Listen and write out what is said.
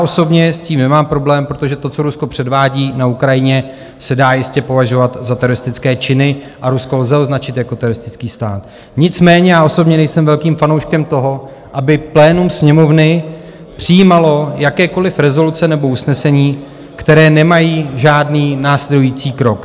Osobně s tím nemám problém, protože to, co Rusko předvádí na Ukrajině, se dá jistě považovat za teroristické činy a Rusko lze označit jako teroristický stát, nicméně osobně nejsem velkým fanouškem toho, aby plénum Sněmovny přijímalo jakékoliv rezoluce nebo usnesení, které nemají žádný následující krok.